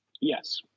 Yes